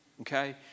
okay